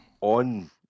on